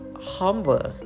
homework